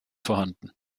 vorhanden